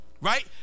right